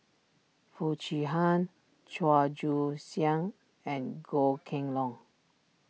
Foo Chee Han Chua Joon Siang and Goh Kheng Long